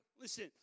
Listen